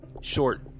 short